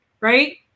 right